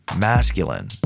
Masculine